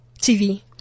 TV